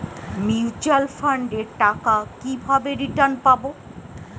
Mutual ফান্ডের টাকা কিভাবে রিটার্ন পাব?